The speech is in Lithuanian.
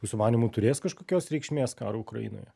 jūsų manymu turės kažkokios reikšmės karui ukrainoje